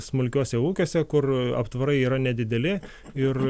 smulkiuose ūkiuose kur aptvarai yra nedideli ir